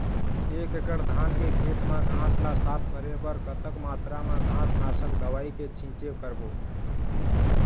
एक एकड़ धान के खेत मा घास ला साफ करे बर कतक मात्रा मा घास नासक दवई के छींचे करबो?